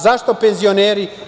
Zašto penzioneri?